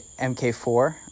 MK4